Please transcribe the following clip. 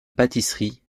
pâtisserie